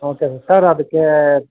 okay sir sir ಅದಕ್ಕೆ